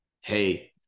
hey